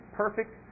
perfect